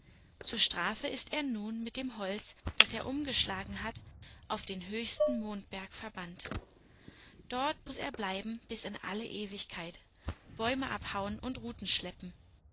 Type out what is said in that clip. zur strafe ist er nun mit dem holz das er umgeschlagen hat auf den höchsten mondberg verbannt dort muß er bleiben bis in alle ewigkeit bäume abhauen und ruten schleppen